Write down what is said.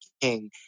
king